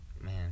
man